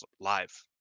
live